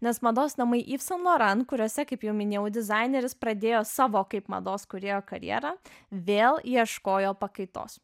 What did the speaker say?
nes mados namai iv san loran kuriuose kaip jau minėjau dizaineris pradėjo savo kaip mados kūrėjo karjerą vėl ieškojo pakaitos